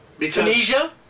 Tunisia